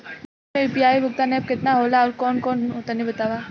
Mobile म UPI भुगतान app केतना होला आउरकौन कौन तनि बतावा?